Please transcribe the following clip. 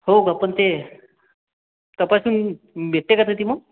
हो का पण ते तपासून भेटते का त्याची मग